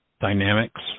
dynamics